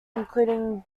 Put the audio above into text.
including